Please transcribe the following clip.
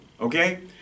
Okay